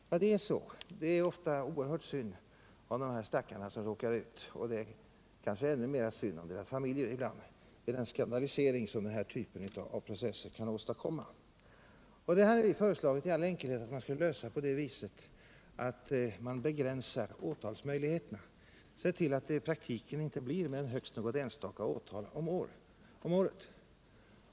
Ja, det är så - det är ofta oerhört synd om de här stackarna som råkar ut för detta, och det är kanske ännu mera synd om deras familjer ibland, med den skandalisering som denna typ av processer kan åstadkomma. Vi hade i all enkelhet föreslagit att man skulle lösa detta på det viset att man begränsar åtalsmöjligheterna och ser till att det i praktiken inte blir mer än högst något enstaka åtal om året.